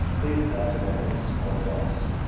favorite documentaries or films?